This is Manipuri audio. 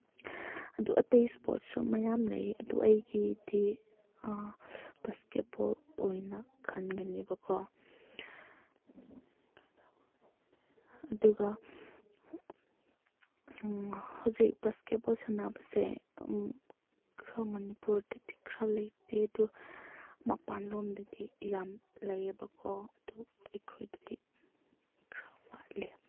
ꯑꯗꯨ ꯑꯇꯩ ꯏꯁꯄꯣꯔꯠꯁꯨ ꯃꯌꯥꯝ ꯂꯩꯌꯦ ꯑꯗꯨ ꯑꯩꯒꯤꯗꯤ ꯕꯥꯁꯀꯦꯠ ꯕꯣꯜ ꯑꯣꯏꯅ ꯈꯟꯒꯅꯤꯕꯀꯣ ꯑꯗꯨꯒ ꯍꯧꯖꯤꯛ ꯕꯥꯁꯀꯦꯠ ꯕꯣꯜ ꯁꯥꯟꯅꯕꯁꯦ ꯈꯔ ꯃꯅꯤꯄꯨꯔꯗꯗꯤ ꯈꯔ ꯂꯩꯇꯦ ꯑꯗꯨ ꯃꯄꯥꯟꯂꯣꯝꯗꯗꯤ ꯌꯥꯝ ꯂꯩꯌꯦꯕꯀꯣ ꯑꯗꯨ ꯑꯩꯈꯣꯏꯗꯗꯤ ꯈꯔ ꯋꯥꯠꯂꯤ